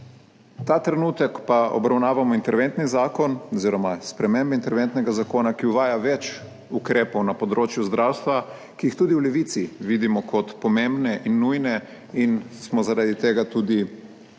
Ta trenutek pa obravnavamo interventni zakon oziroma spremembe interventnega zakona, ki uvaja več ukrepov na področju zdravstva, ki jih tudi v Levici vidimo kot pomembne in nujne in smo zaradi tega tudi